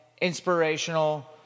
inspirational